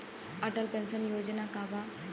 Atal pension Yojana का बा?